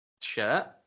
shirt